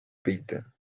pinta